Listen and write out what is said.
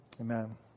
Amen